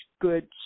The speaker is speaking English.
good